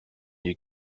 you